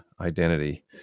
identity